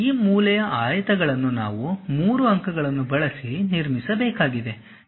ಈ ಮೂಲೆಯ ಆಯತಗಳನ್ನು ನಾವು 3 ಅಂಕಗಳನ್ನು ಬಳಸಿ ನಿರ್ಮಿಸಬೇಕಾಗಿದೆ